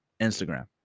Instagram